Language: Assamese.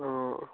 অঁ